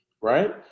right